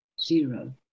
Zero